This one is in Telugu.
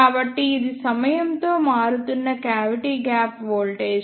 కాబట్టి ఇది సమయంతో మారుతున్న క్యావిటీ గ్యాప్ వోల్టేజ్